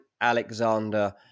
alexander